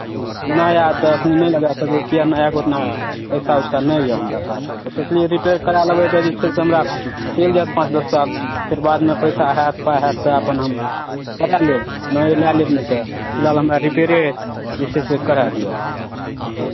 नया तऽ एखनि नहि लगा सकबै किएक नयाके उतना पैसा उसा नहि यए हमरा पास सोचलियै रिपेयर करा लेबै तऽ जे छै से चलि जायत पाँच दस साल फेर बादमे पैसा हएत तऽ हएत अपन हम नया लेब नये लए लेब नहि तऽ फिलहाल हमरा रिपेयरे जे छै से कराय दिअ